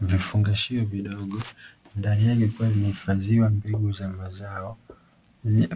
Vifungashio vidogo ndani yake vikiwa vimehifadhiwa mbegu za mazao